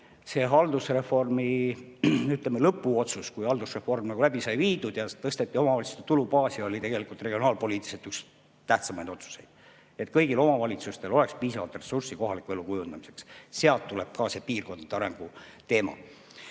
see haldusreformi lõpu otsus, kui haldusreform nagu läbi sai viidud ja tõsteti omavalitsuste tulubaasi, oli tegelikult regionaalpoliitiliselt üks tähtsamaid otsuseid, selleks et kõigil omavalitsustel oleks piisavalt ressurssi kohaliku elu kujundamiseks. Sealt tuleb ka see piirkondade arengu teema.